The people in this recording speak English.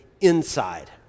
inside